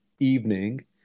evening